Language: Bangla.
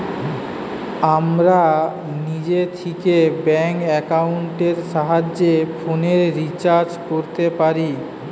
আমরা নিজে থিকে ব্যাঙ্ক একাউন্টের সাহায্যে ফোনের রিচার্জ কোরতে পারি